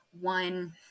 one